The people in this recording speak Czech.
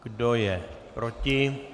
Kdo je proti?